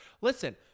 Listen